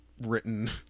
written